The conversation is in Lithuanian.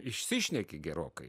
išsišneki gerokai